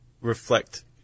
reflect